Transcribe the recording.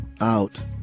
out